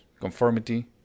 Conformity